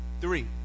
Three